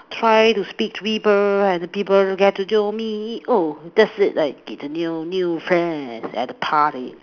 try to speak to people and the people get to do me oh that's it like get a new new friends at a party